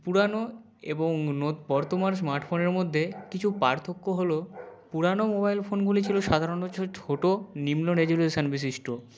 পুরানো এবং নত বর্তমান স্মার্টফোনের মধ্যে কিছু পার্থক্য হলো পুরানো মোবাইল ফোনগুলি ছিলো সাধারণত ছোটো নিম্ন রেজোলিউশান বিশিষ্ট